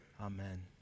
Amen